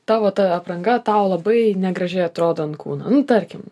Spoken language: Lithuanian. tavo ta apranga tau labai negražiai atrodo ant kūno tarkim